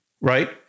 right